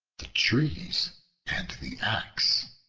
the trees and the axe